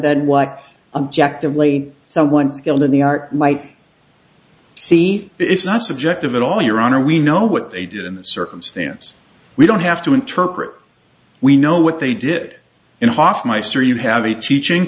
than what objective lay someone skilled in the art might see it's not subjective at all your honor we know what they did in the circumstance we don't have to interpret we know what they did in hofmeister you have a teaching